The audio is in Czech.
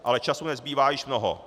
Ale času nezbývá již mnoho.